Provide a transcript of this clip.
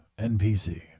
NPC